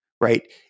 right